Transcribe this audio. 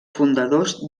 fundadors